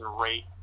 rate